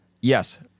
Yes